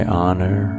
honor